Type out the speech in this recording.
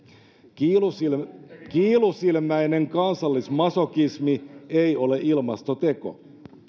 kiilusilmäinen kiilusilmäinen kansallismasokismi ei ole ilmastoteko